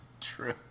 True